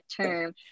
term